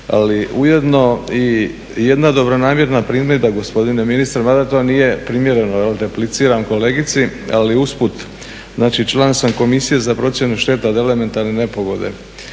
Ali ujedno i jedna dobronamjerna primjedba gospodine ministre, mada to nije primjereno jer repliciram kolegici ali usput, znači član sam Komisije za procjenu šteta od elementarne nepogode.